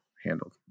handled